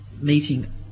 meeting